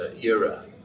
era